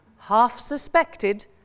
half-suspected